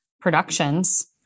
productions